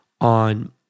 on